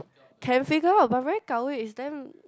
can figure out but very gao wei it's damn